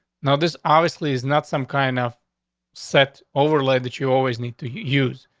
now, this obviously is not some kind of set overlay that you always need to use.